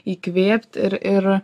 įkvėpt ir ir